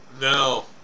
No